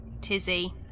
Tizzy